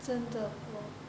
真的真的